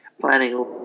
planning